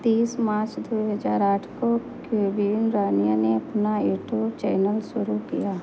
तीस मार्च दो हजार आठ को क्वीन रानिया ने अपना यूट्यूब चैनल शुरू किया